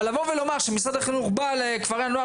אבל לבוא ולומר שמשרד החינוך בא לכפרי הנוער